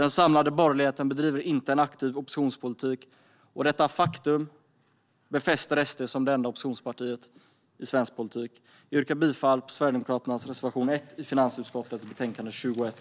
Den samlade borgerligheten bedriver inte en aktiv oppositionspolitik, och detta faktum befäster SD som det enda oppositionspartiet i svensk politik. Riktlinjer för den ekonomiska politiken och Vårändrings-budget för 2017 Jag yrkar bifall till Sverigedemokraternas reservation 1 i finansutskottets betänkande 21.